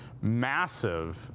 massive